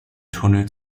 tunnel